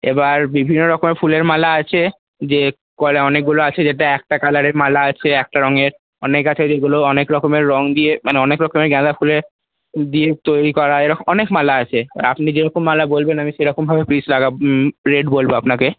এবার বিভিন্নরকমের ফুলের মালা আছে যে অনেকগুলো আছে যেটা একটা কালারের মালা আছে একটা রঙের অনেক আছে যেগুলো অনেকরকমের রং দিয়ে মানে অনেকরকমের গেঁদাফুলের দিয়ে তৈরি করা অনেক মালা আছে এবার আপনি যেরকম মালা বলবেন আমি সেরকমভাবে পিস লাগা রেট বলব আপনাকে